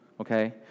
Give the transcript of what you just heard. okay